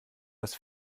dass